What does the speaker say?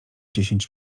dziesięć